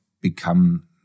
become